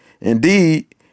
indeed